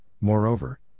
moreover